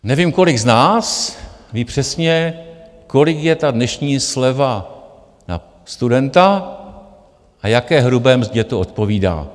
Nevím, kolik z nás ví přesně, kolik je ta dnešní sleva na studenta a jaké hrubě mzdě to odpovídá.